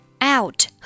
out